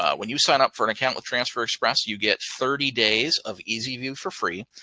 ah when you sign up for an account with transfer express, you get thirty days of easy view for free.